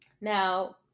Now